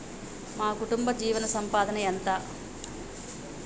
మా కుటుంబ జీవన సంపాదన ఎంత?